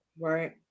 Right